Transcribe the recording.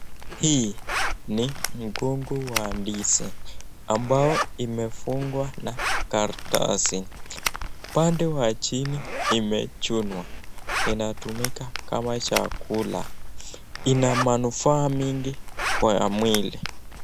Hii ni mgongo wa ndizi ambayo imefungwa na karatasi upande wa chini imechunwa inatumika kama chakula, ina manufaa nyingi kwa mwili.